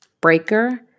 Breaker